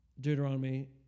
Deuteronomy